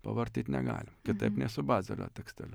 pavartyt negalim kitaip nei su bazelio teksteliu